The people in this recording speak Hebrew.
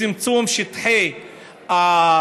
בלי להתחשב בצמצום שטחי החלחול,